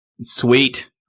Sweet